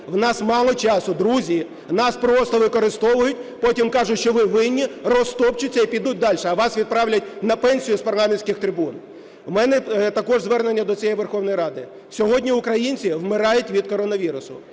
В нас мало часу, друзі. Нас просто використовують, потім кажуть, що "ви винні", розтопчуть і підуть дальше, а вас відправлять на пенсію з парламентських трибун. В мене також звернення до цієї Верховної Ради. Сьогодні українці вмирають від коронавірусу.